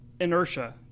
inertia